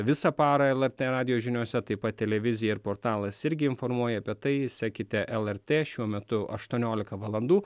visą parą lrt radijo žiniose taip pat televizija ir portalas irgi informuoja apie tai sekite lrt šiuo metu aštuoniolika valandų